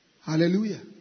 Hallelujah